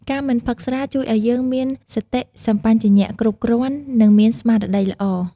ការមិនផឹកស្រា ជួយឲ្យយើងមានសតិសម្បជញ្ញៈគ្រប់គ្រាន់ និងមានស្មារតីល្អ។